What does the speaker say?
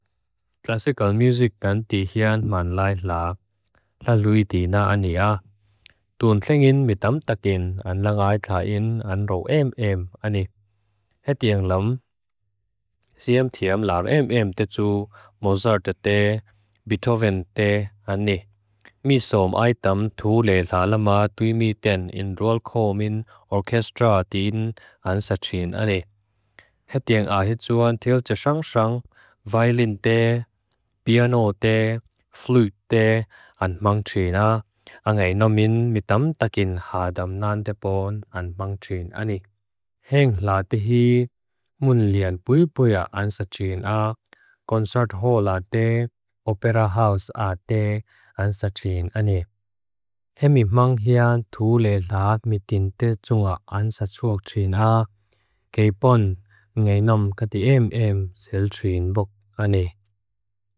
Classical music kan tihian manlai lak, laluitina ania. Tunthlingin mitam takin an langai thain an ro em em ani. Hetieng lam, siem thiem lar em em tetu Mozarta te, Beethoven te ani. Misom aitam thule thalama duimiten in rolkomin orkestra tin an sachin ani. Hetieng ahitsuan teltsasang sang, vailin te, piano te, flute te an mang trin ani. Angai nomin mitam takin hadam nan te pon an mang trin ani. Hengh la tihi, mun lian puipuia an sachin ak, concert halla te, opera house a te an sachin ani. Hemi mang hian thule lak mitintetunga ansatsuak trin ha, kei pon ngai nom kadiem em sel trin buk ani.